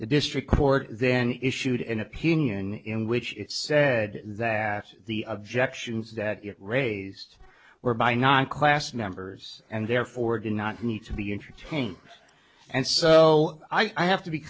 the district court then issued an opinion in which it said that the objections that you raised were by not class members and therefore did not need to be entertained and so i have to be